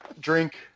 Drink